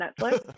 Netflix